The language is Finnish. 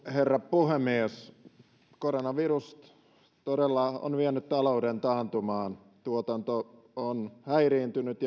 herra puhemies koronavirus todella on vienyt talouden taantumaan tuotanto on häiriintynyt